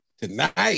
tonight